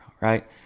right